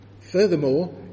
Furthermore